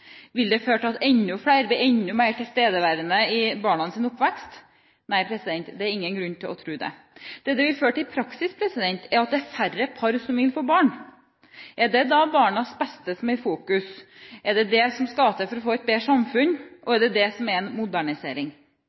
Vil det føre til at enda flere blir enda mer tilstedeværende i barnas oppvekst? Nei, det er ingen grunn til å tro det. Det det vil føre til i praksis, er at det blir færre par som vil få barn. Er det barnas beste som da er i fokus? Er det det som skal til for å få et bedre samfunn? Er det det som er en modernisering?